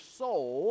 soul